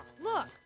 look